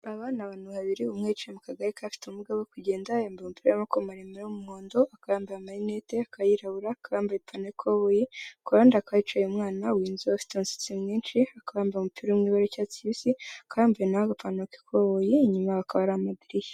Abana ni abantu babiri, umwe yicaye mu kagare k'abafite ubumuga bwo kugenda, yambaye umupira w'amaboko maremare y'umuhondo, akaba yambaye marinete, akaba yirabura, akaba yambaye ipantaro y'ikoboyi, ku ruhande hakaba hicaye umwana w'inzobe ufite imusatsi myinshi, akaba yambaye umupira uri mu ibara ry'icyatsi kibisi, ukaba yambaye nawe agapantaro k'ikoboyi, inyuma yabo hakaba hari amadirishya.